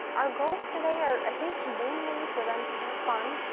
our goals today are i think mainly for them to have fun,